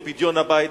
או פדיון הבית.